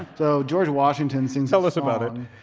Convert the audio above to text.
so george washington sings tell us about it.